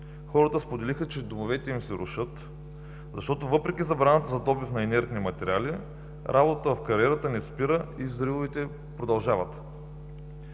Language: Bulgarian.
хората споделиха, че домовете им се рушат, защото въпреки забраната за добив на инертни материали работата в кариерата не спира и взривовете продължават.